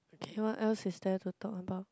okay what else is there to talk about